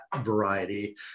variety